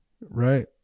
right